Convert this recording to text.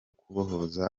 kubohoza